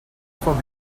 from